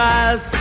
eyes